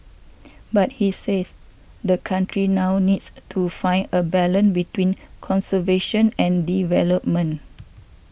but he says the country now needs to find a balance between conservation and development